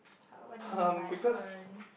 !huh! what do you mean by earn